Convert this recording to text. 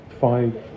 five